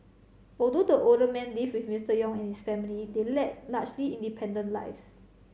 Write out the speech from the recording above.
although the older man lived with Mister Yong and his family they led largely independent lives